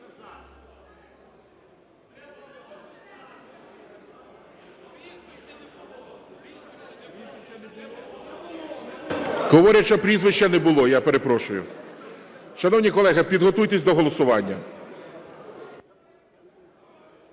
Говорять, що прізвища не було, я перепрошую. Шановні колеги, підготуйтеся до голосування.